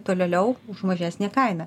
tolėliau už mažesnę kainą